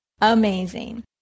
amazing